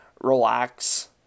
relax